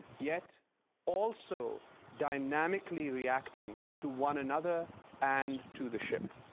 yet also dynamically reacting to one another and to the ship.